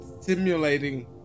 simulating